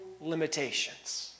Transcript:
limitations